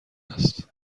است